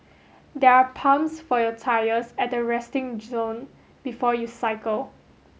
there are pumps for your tyres at the resting zone before you cycle